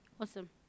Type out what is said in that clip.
Awesome